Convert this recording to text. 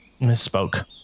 misspoke